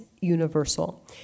universal